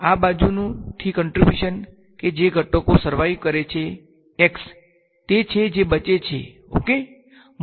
આ બાજુથી કંટ્રીબ્યુશન કે જે ઘટકો સર્વાઈવ કરે છે x તે છે જે બચે છે ઓકે